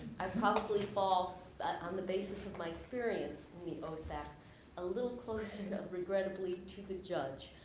i probably fall but on the basis of my experience in the osac a little closer, regrettably, to the judge.